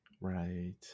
right